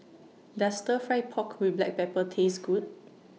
Does Stir Fry Pork with Black Pepper Taste Good